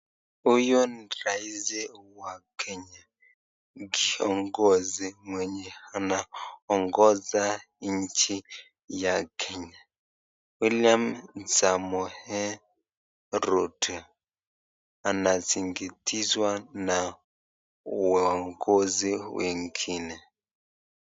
Huyu ni rais wa Kenya. Ni kiongozi mwenye anongoza nchi ya Kenya. William Samoei Ruto. Anazingitizwa na waongozi wengine.